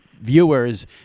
viewers